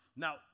Now